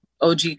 OG